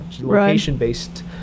Location-based